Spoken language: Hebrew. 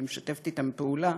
ואני משתפת אתם פעולה.